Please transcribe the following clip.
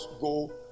go